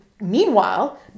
meanwhile